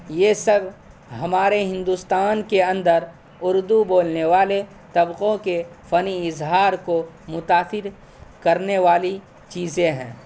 یہ سب ہمارے ہندوستان کے اندر اردو بولنے والے طبقوں کے فنی اظہار کو متاثر کرنے والی چیزیں ہیں